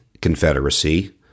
Confederacy